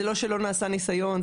זה לא שלא נעשה ניסיון,